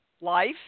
life